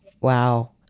Wow